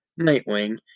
Nightwing